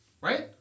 Right